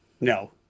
no